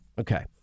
Okay